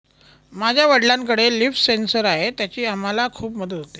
माझ्या वडिलांकडे leaf sensor आहे त्याची आम्हाला खूप मदत होते